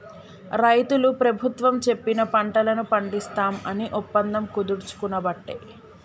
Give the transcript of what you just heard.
రైతులు ప్రభుత్వం చెప్పిన పంటలను పండిస్తాం అని ఒప్పందం కుదుర్చుకునబట్టే